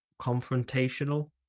confrontational